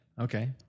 Okay